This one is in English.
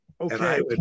okay